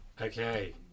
okay